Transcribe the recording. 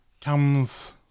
Comes